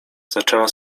zaczęła